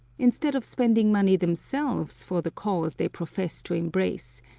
instead of spending money themselves for the cause they profess to embrace,